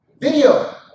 Video